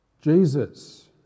Jesus